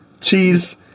cheese